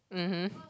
mmhmm